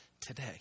today